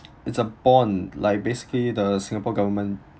it's a bond like basically the singapore government